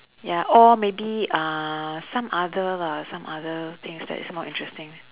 ya or maybe uh some other lah some other things that is more interesting